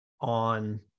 on